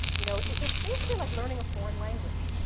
you know it's basically like learning a foreign language.